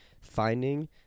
finding